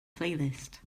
playlist